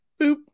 Boop